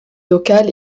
local